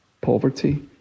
poverty